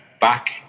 back